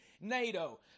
NATO